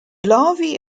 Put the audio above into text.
larvae